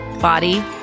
body